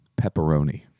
Pepperoni